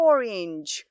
Orange